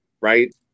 right